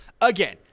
Again